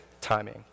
timing